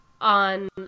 on